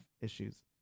issues